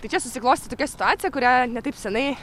tai čia susiklostė tokia situacija kurią ne taip senai